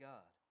God